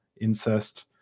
incest